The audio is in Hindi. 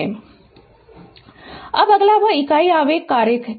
Refer Slide Time 0252 अब अगला वह इकाई आवेग